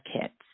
kits